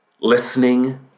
listening